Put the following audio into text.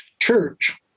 church